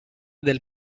del